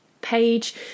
page